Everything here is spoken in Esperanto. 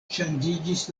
ŝanĝiĝis